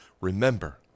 remember